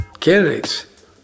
Candidates